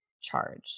charge